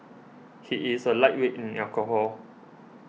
he is a lightweight in alcohol